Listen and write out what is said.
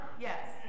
Yes